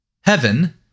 Heaven